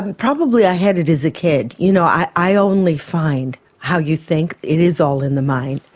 but probably i had it as a kid. you know i i only find how you think, it is all in the mind,